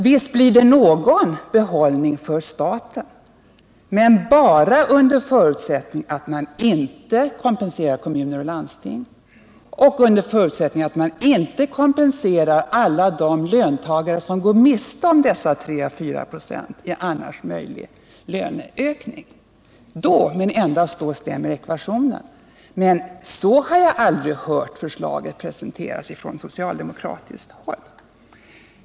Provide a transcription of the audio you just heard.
Visst blir det någon behållning för staten, men bara under förutsättning att man inte kompenserar kommuner och landsting och under förutsättning att man inte kompenserar alla de löntagare som går miste om dessa 34 96 i annars möjlig löneökning. Då, men endast då, stämmer ekvationen. Men så har jag aldrig hört förslaget presenteras från socialdemokratiskt håll.